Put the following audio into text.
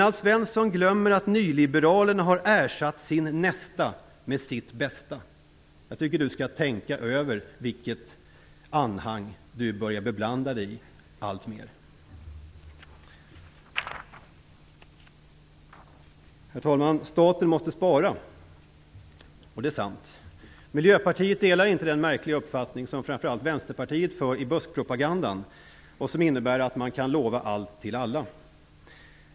Alf Svensson glömmer att nyliberalerna har ersatt sin nästa med sitt bästa. Jag tycker att Alf Svensson skall tänka över vilket anhang han alltmer börjar beblanda sig i. Herr talman! Staten måste spara. Det är sant. Miljöpartiet delar inte den märkliga uppfattning som framför allt Vänsterpartiet framför i buskpropagandan. Den innebär att man kan lova allt till alla.